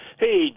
Hey